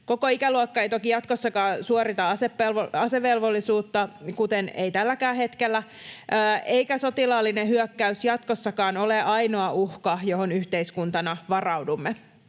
Koko ikäluokka ei toki jatkossakaan suorita asevelvollisuutta, kuten ei tälläkään hetkellä, eikä sotilaallinen hyökkäys jatkossakaan ole ainoa uhka, johon yhteiskuntana varaudumme.